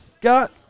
got